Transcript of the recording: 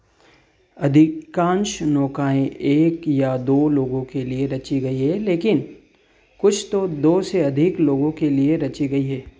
अधिकांश नौकाएँ एक या दो लोगों के लिए रची गई हैं लेकिन कुछ तो दो से अधिक लोगों के लिए रची गई हैं